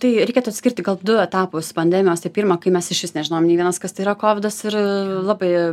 tai reikėtų atskirti gal du etapus pandemijos tai pirma kai mes išvis nežinojom nei vienas kas tai yra kovidas ir labai